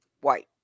white